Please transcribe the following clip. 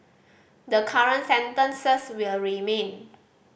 the current sentences will remain